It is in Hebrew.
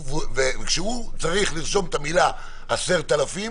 וכשהוא צריך לרשום את המילה "10,000",